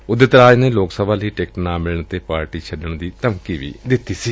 ਉਦਿਤ ਰਾਜ ਨੇ ਲੋਕ ਸਭਾ ਦੀ ਟਿਕਟ ਨਾ ਮਿਲਣ ਤੇ ਪਾਰਟੀ ਛੱਡਣ ਦੀ ਧਮਕੀ ਦਿੱਤੀ ਸੀ